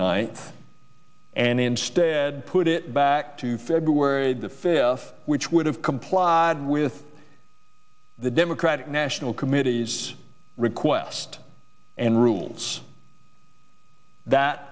ninth and instead put it back to february the fifth which would have complied with the democratic national committee's request and rules that